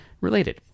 related